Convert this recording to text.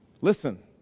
Listen